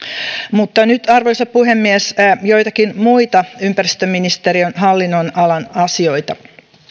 mutta nyt arvoisa puhemies joitakin muita ympäristöministeriön hallinnonalan asioita